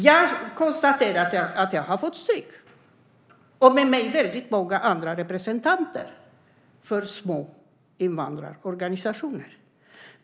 Jag konstaterar att jag har fått stryk och med mig många representanter för små invandrarorganisationer.